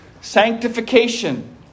sanctification